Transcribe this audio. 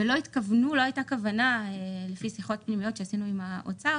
לא הייתה כוונה לפי שיחות פנימיות שעשינו עם האוצר